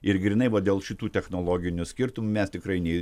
ir grynai va dėl šitų technologinių skirtumų mes tikrai nei